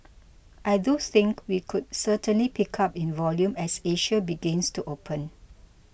I do think we could certainly pick up in volume as Asia begins to open